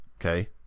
Okay